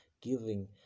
giving